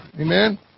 Amen